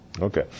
Okay